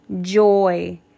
joy